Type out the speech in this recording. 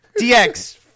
DX